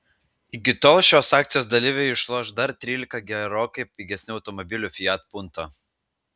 iki tol šios akcijos dalyviai išloš dar trylika gerokai pigesnių automobilių fiat punto